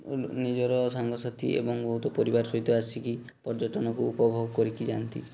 ନିଜର ସାଙ୍ଗସାଥି ଏବଂ ବହୁତ ପରିବାର ସହିତ ଆସିକି ପର୍ଯ୍ୟଟନକୁ ଉପଭୋଗ କରିକି ଯାଆନ୍ତି